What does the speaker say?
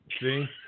See